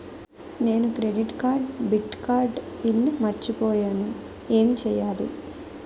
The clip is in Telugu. నేను క్రెడిట్ కార్డ్డెబిట్ కార్డ్ పిన్ మర్చిపోయేను ఎం చెయ్యాలి?